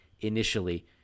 initially